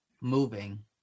moving